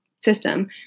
system